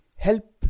help